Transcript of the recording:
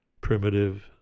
primitive